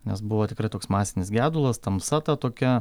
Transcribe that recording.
nes buvo tikrai toks masinis gedulas tamsa ta tokia